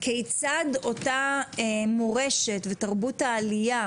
על השאלה כיצד אותה מורשת ותרבות העלייה